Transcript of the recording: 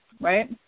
right